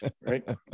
Right